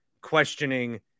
questioning